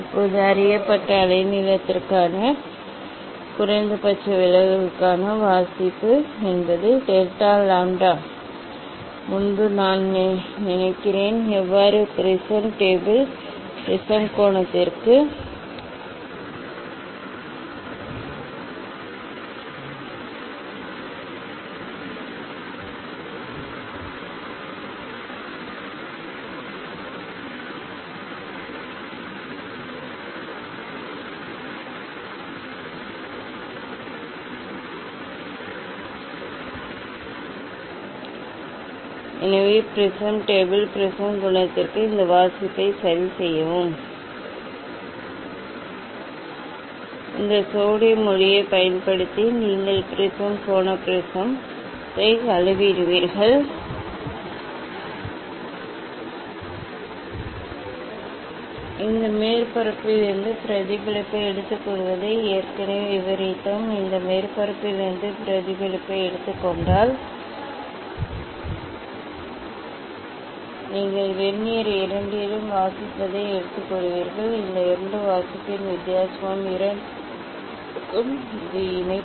இப்போது அறியப்பட்ட அலைநீளத்திற்கான குறைந்தபட்ச விலகலுக்கான வாசிப்பு என்பது டெல்டா லாம்ப்டா மற்றும் லாம்ப்டாவுக்கு எதிராக இந்த பரிசோதனையைச் செய்வதற்கு முன்பு நான் நினைக்கிறேன் எனவே ப்ரிஸம் டேபிள் ப்ரிஸம் கோணத்திற்கு இந்த ஒரு வாசிப்பைச் செய்வோம் இந்த சோடியம் ஒளியைப் பயன்படுத்தி நீங்கள் ப்ரிஸம் கோண ப்ரிஸம் கோணத்தை அளவிடுகிறீர்கள் இந்த மேற்பரப்பில் இருந்து பிரதிபலிப்பை எடுத்துக்கொள்வதை ஏற்கனவே விவரித்தோம் இந்த மேற்பரப்பில் இருந்து பிரதிபலிப்பை எடுத்துக் கொண்டால் நீங்கள் வெர்னியர் இரண்டிலும் வாசிப்பதை எடுத்துக்கொள்வீர்கள் இந்த இரண்டு வாசிப்பின் வித்தியாசமும் இரண்டு வழிகளைக் கொடுக்கும் இது இணைப்பு